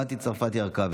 חברת הכנסת מטי צרפת הרכבי,